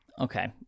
Okay